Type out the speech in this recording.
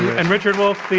and richard wolff,